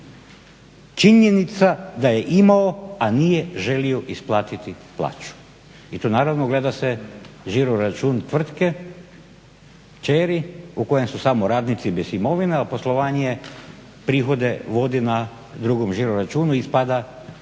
I to naravno gleda se žiro račun tvrtke kćeri u kojoj su sami radnici bez imovine, a poslovanje prihode vodi na drugom žiro računu i ispada jadan